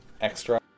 Extra